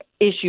issue